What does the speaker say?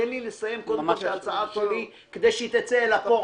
תן לי לסיים קודם כול את ההצעה שלי כדי שהיא תצא אל הפועל.